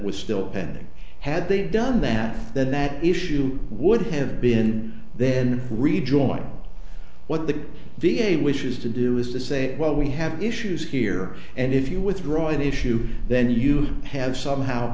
was still pending had they done that then that issue would have been then rejoin what the v a wishes to do is to say well we have issues here and if you withdraw an issue then you have somehow